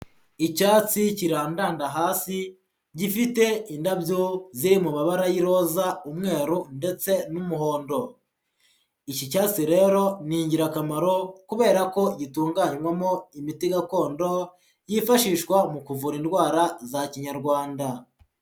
Icyatsi kirandanda hasi, gifite indabyo ziri mu mabara y'iroza, umweru ndetse n'umuhondo. Iki cyatsi rero, ni ingirakamaro kubera ko gitunganywamo imiti gakondo, yifashishwa mu kuvura indwara za kinyarwanda.